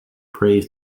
prays